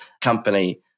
company